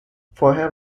vorher